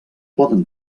poden